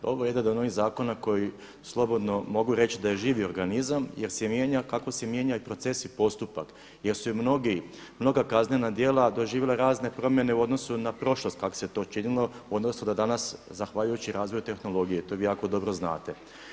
Ovo je jedan od onih zakona koji slobodno mogu reći da je živi organizam jer se mijenja kako se mijenja i proces i postupak jer su i mnoga kaznena djela doživjela razne promjene u odnosu na prošlost kako se to činilo u odnosu na danas zahvaljujući razvoju tehnologije, to vi jako dobro znate.